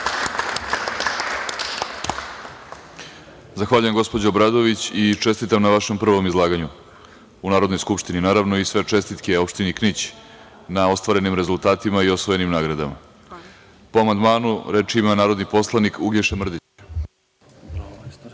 Zahvaljujem, gospođo Obradović, i čestitam na vašem prvom izlaganju u Narodnoj skupštini. Naravno, i sve čestitke opštini Knić na ostvarenim rezultatima i osvojenim nagradama. Reč ima narodni poslanik Uglješa Mrdić,